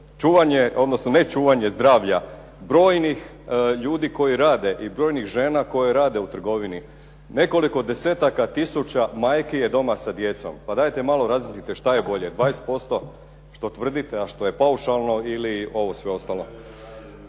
čuvanje odnosno nečuvanje zdravlja brojnih ljudi koji rade i brojnih žena koje rade u trgovini. Nekoliko desetaka tisuća majki je doma sa djecom. Pa dajte malo razmislite šta je bolje, 20% što tvrdite a što je paušalno ili ovo sve ostalo.